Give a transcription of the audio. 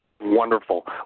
Wonderful